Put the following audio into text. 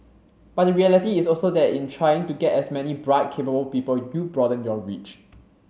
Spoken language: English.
but the reality is also that in trying to get as many bright cable people you broaden your reach